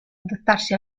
adattarsi